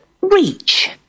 reach